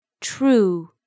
True